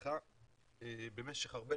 ח"כ משה ארבל ואריאל קלנר,